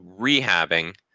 rehabbing